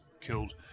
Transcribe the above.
killed